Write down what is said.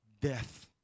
death